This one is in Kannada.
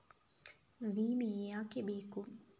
ವಿಮೆ ಯಾಕೆ ಬೇಕು?